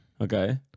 Okay